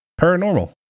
paranormal